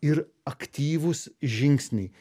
ir aktyvūs žingsniai